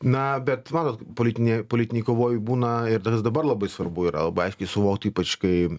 na bet matot politinėj politinėj kovoj būna ir tas dabar labai svarbu yra labai aiškiai suvokt ypač kai